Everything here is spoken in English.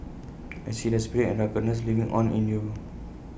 I see their spirit and ruggedness living on in you